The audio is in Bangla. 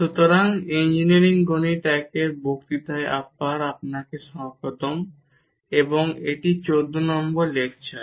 সুতরাং ইঞ্জিনিয়ারিং গণিত 1 এর বক্তৃতাগুলিতে আবার স্বাগতম এবং এটি 14 নম্বর লেকচার